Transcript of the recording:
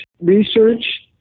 research